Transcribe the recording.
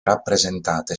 rappresentate